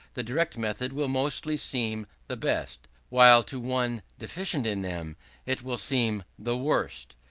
the direct method will mostly seem the best while to one deficient in them it will seem the worst.